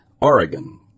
Oregon